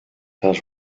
has